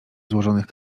złożonych